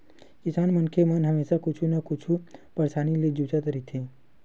किसान मनखे मन हमेसा कुछु न कुछु परसानी ले जुझत रहिथे